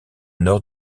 nord